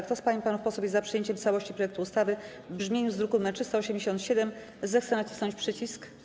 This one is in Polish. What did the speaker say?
Kto z pań i panów posłów jest za przyjęciem w całości projektu ustawy w brzmieniu z druku nr 387, zechce nacisnąć przycisk.